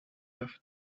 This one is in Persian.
رفت